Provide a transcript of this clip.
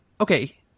okay